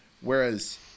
whereas